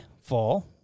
fall